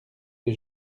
des